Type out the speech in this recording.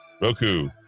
Roku